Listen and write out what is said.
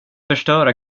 förstöra